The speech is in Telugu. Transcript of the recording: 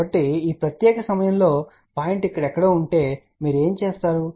కాబట్టి ఈ ప్రత్యేక సమయంలో పాయింట్ ఇక్కడ ఎక్కడో ఉంటే మీరు ఏమి చేస్తారు